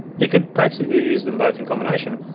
you could actually use them both in combination,